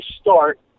start